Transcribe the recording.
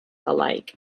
alike